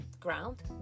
Ground